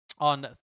On